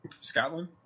Scotland